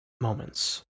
moments